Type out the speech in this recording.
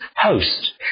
host